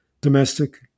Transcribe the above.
domestic